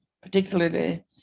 particularly